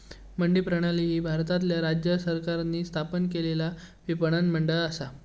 मंडी प्रणाली ही भारतातल्या राज्य सरकारांनी स्थापन केलेला विपणन मंडळ असा